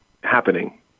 happening